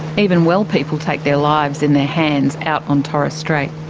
even well people take their lives in their hands out on torres strait.